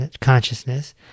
consciousness